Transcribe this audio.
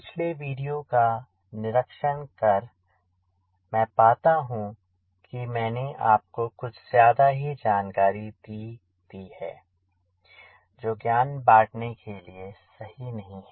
पिछले वीडियो का निरीक्षण कर मैं पाता हूँ कि मैंने आपको कुछ ज्यादा ही जानकारी दे दी है जो ज्ञान बाटने के लिए सही नहीं है